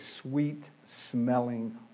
sweet-smelling